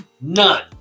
None